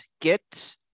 get